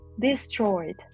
destroyed